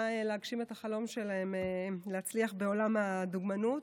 להגשים את החלום שלהם להצליח בעולם הדוגמנות.